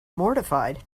mortified